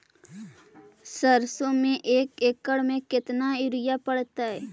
सरसों में एक एकड़ मे केतना युरिया पड़तै?